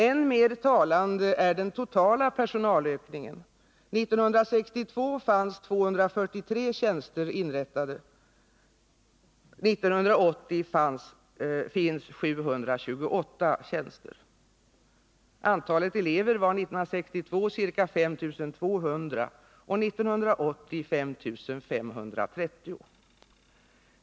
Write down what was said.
Än mer talande är den totala personalökningen: 1962 fanns 243 tjänster inrättade. 1980 finns 728 tjänster. Antalet elever var 1962 ca 5 200 och 1980 var det 5530.